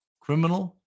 criminal